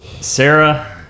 Sarah